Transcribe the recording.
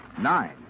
nine